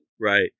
right